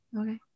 Okay